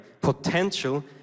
potential